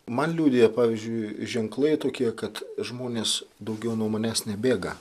man liudija pavyzdžiui ženklai tokie kad žmonės daugiau nuo manęs nebėga